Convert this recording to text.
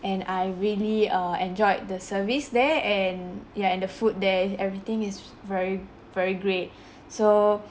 and I really err enjoyed the service there and ya and the food there everything is very very great so